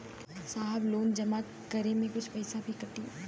साहब लोन जमा करें में कुछ पैसा भी कटी?